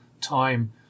time